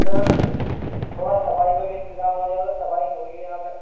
سر تھوڑا صفائی کا بھی انتظام ہو جائے گا صفائی نہیں ہوئی ہے یہاں پہ